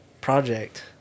project